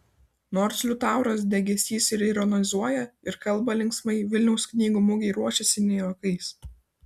nors liutauras degėsys ir ironizuoja ir kalba linksmai vilniaus knygų mugei ruošiasi ne juokais